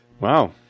Wow